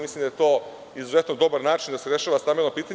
Mislim da je to izuzetno dobar način da se rešava stambeno pitanje.